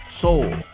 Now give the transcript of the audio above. soul